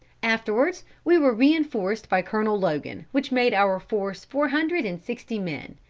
afterwards we were reinforced by colonel logan, which made our force four hundred and sixty men.